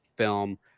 film